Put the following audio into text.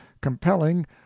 compelling